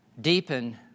Deepen